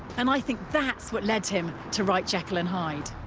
and i think that's what led him to write jekyll and hyde.